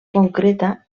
concreta